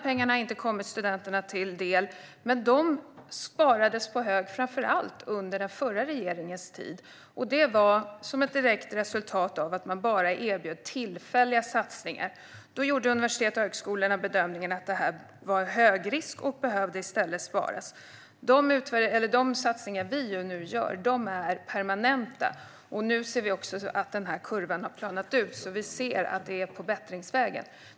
Pengarna har inte kommit studenterna till del, men de sparades på hög främst under den förra regeringens tid. Det var ett direkt resultat av att man bara erbjöd tillfälliga satsningar. Då gjorde universitet och högskolor bedömningen att detta var högrisk och att pengarna behövde sparas. De satsningar som vi nu gör är permanenta, och vi ser att kurvan har planat ut och att det är på bättringsvägen.